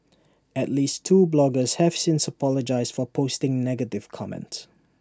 at least two bloggers have since apologised for posting negative comments